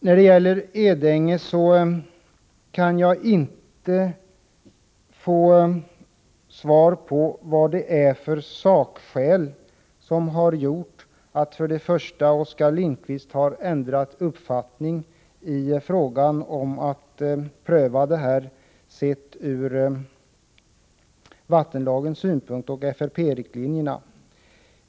Jag har inte fått något svar på frågan vilka sakskäl som har gjort att Oskar Lindkvist har ändrat uppfattning när det gäller kravet att denna fråga skall prövas enligt vattenlagen och FRP-riktlinjerna.